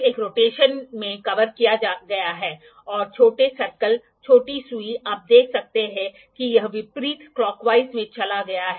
एक एंगल का स्तर जो एक सर्कल के संबंध में प्राप्त होता है मानव निर्मित नहीं है बल्कि प्रकृति में मौजूद है